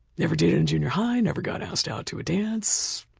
never dated in junior high. never got asked out to a dance.